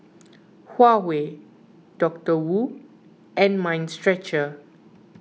Huawei Doctor Wu and Mind Stretcher